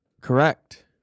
Correct